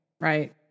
right